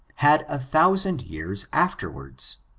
had a thousand years afterward.